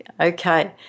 okay